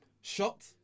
Shot